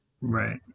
Right